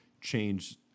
change